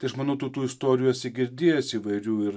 tai aš manau tu tų istorijų girdėjęs įvairių ir